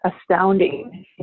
astounding